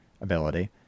ability